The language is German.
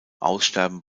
aussterben